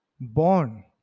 born